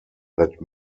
that